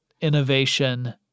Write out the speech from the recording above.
innovation